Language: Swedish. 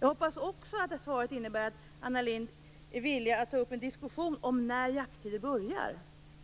Jag hoppas också att svaret innebär att Anna Lindh är villig att ta upp en diskussion om när jakttiderna börjar.